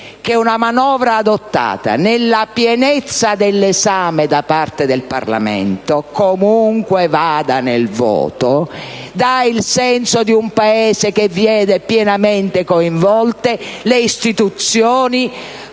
che una manovra adottata nella pienezza dell'esame da parte del Parlamento, comunque vada il voto, dà il senso di un Paese che vede pienamente coinvolte le istituzioni